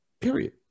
Period